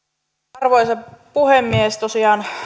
arvoisa puhemies tosiaan